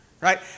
right